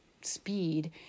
speed